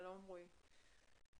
שלום רועי.